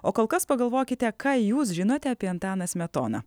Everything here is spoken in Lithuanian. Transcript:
o kol kas pagalvokite ką jūs žinote apie antaną smetoną